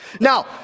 Now